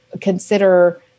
consider